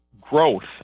growth